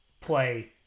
play